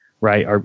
right